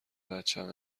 بچم